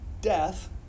Death